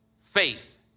faith